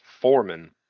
Foreman